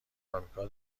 آمریکا